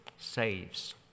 saves